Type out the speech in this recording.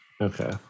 Okay